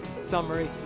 summary